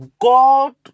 God